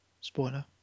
Spoiler